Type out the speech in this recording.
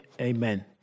amen